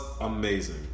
amazing